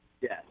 Yes